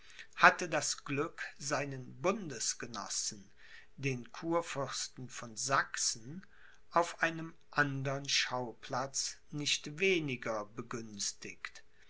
hatte das glück seinen bundesgenossen den kurfürsten von sachsen auf einem andern schauplatz nicht weniger begünstigt